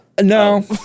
no